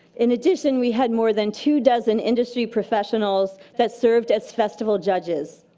in addition we had more than two dozen industry professionals that served as festival judges.